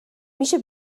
میشه